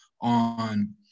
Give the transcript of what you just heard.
on